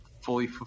fully